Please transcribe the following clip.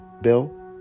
bill